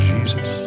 Jesus